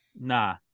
Nah